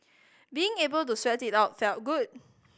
being able to sweat it out felt good